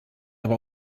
aber